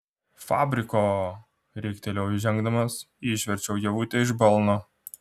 fabriko riktelėjau įžengdamas išverčiau ievutę iš balno